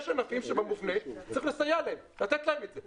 יש עסקים שבמובנה צריך לסייע להם, לתת להם את זה.